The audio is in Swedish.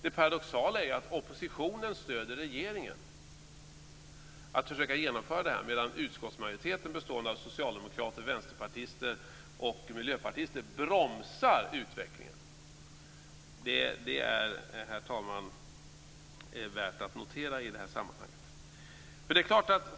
Det paradoxala är att oppositionen stöder regeringen i försöken att genomföra det här, medan utskottsmajoriteten bestående av socialdemokrater, vänsterpartister och miljöpartister bromsar utvecklingen. Detta är det, herr talman, värt att notera i sammanhanget.